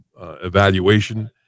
evaluation